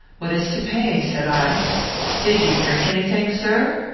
what is to pay? said i did you drink any thing, sir?